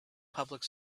public